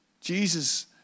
Jesus